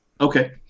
Okay